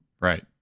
Right